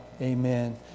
Amen